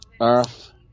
Earth